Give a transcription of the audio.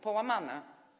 Połamana.